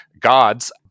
gods